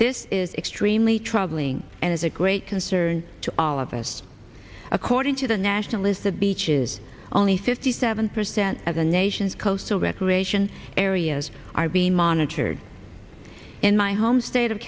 this is extremely troubling and is a great concern to all of us according to the national is the beaches only fifty seven percent of the nation's coastal recreation areas are being monitored in my home state of